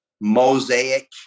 mosaic